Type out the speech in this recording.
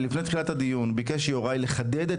לפני תחילת הדיון ביקש יוראי לחדד את